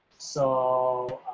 so,